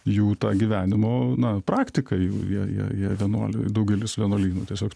jų tą gyvenimo na praktikai jie jie jie vienuoliai daugelis vienuolynų tiesiog